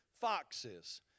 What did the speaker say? foxes